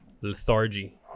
lethargy